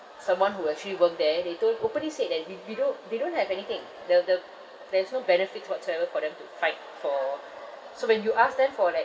someone who actually work there they told openly said that we we don't they don't have anything the the there's no benefits whatsoever for them to fight for so when you ask them for like